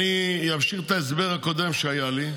אני אמשיך את ההסבר הקודם שהיה לי,